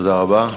תודה רבה.